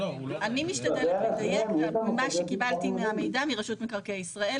--- אני מדברת על המידע שקיבלתי מרשות מקרקעי ישראל.